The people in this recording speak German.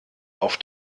auf